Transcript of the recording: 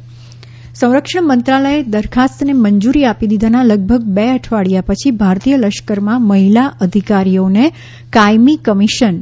કાયમી કમિશન સંરક્ષણ મંત્રાલયે દરખાસ્તને મંજૂરી આપી દીધાના લગભગ બે અઠવાડિયા પછી ભારતીય લશ્કરમાં મહિલા અધિકારીઓને કાયમી કમિશન